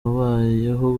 habayeho